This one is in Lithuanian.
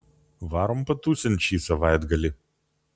varom patūsint šį savaitgalį